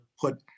put